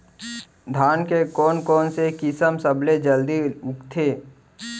धान के कोन से किसम सबसे जलदी उगथे?